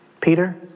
Peter